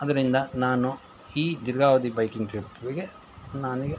ಅದರಿಂದ ನಾನು ಈ ದೀರ್ಘಾವಧಿ ಬೈಕಿಂಗ್ ಟ್ರಿಪ್ಗೆ ನನಗೆ